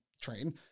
train